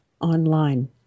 Online